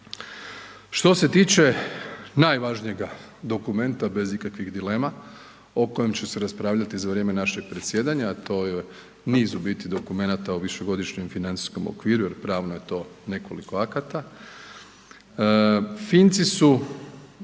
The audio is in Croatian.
Što se tiče najvažnijega dokumenta bez ikakvih dilema o kojem će se raspravljati za vrijeme našeg predsjedanja, a to je niz u biti dokumenata o višegodišnjem financijskom okviru jer pravno je to nekoliko akata. Finci su